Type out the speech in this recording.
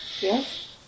Yes